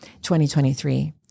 2023